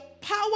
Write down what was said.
power